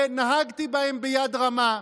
נהגתי בהם ביד רמה.